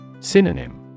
Synonym